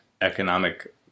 economic